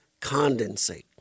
condensate